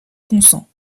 consent